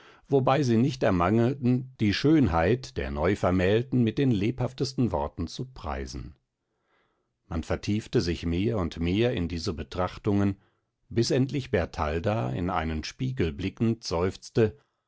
wobei sie nicht ermangelten die schönheit der neuvermählten mit den lebhaftesten worten zu preisen man vertiefte sich mehr und mehr in diese betrachtungen bis endlich bertalda in einen spiegel blickend seufzte